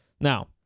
Now